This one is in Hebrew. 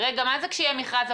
מה זה כשיהיה מכרז?